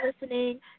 listening